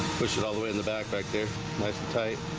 push it all the way in the back back there nice and tight